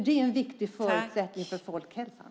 Det är en viktig förutsättning för folkhälsan.